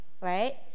right